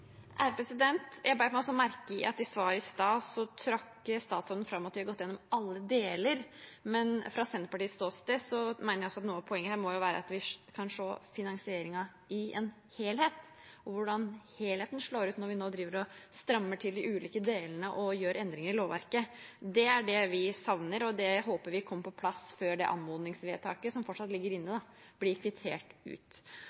Jeg bet meg merke i at i svaret i sted trakk statsråden fram at de hadde gått gjennom alle deler, men fra Senterpartiets side vil jeg si at noe av poenget her må være at vi kan se finansieringen i en helhet, og hvordan det slår ut for helheten når vi nå driver og strammer til de ulike delene og gjør endringer i lovverket. Det er det vi savner, og det håper vi kommer på plass før det anmodningsvedtaket, som fortsatt ligger inne, blir kvittert ut.